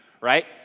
right